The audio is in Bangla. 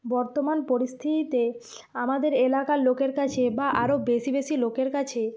বর্তমান পরিস্থিতিতে আমাদের এলাকার লোকের কাছে বা আরও বেশি বেশি লোকের কাছে